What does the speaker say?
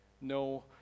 no